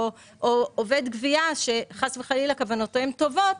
עובד גבייה שחס וחלילה כוונותיהם טובות,